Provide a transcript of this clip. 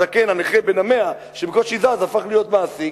הזקן, הנכה, בן ה-100 שבקושי זז, הפך להיות מעסיק,